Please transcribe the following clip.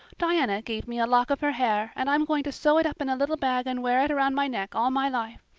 diana gave me a lock of her hair and i'm going to sew it up in a little bag and wear it around my neck all my life.